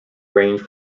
range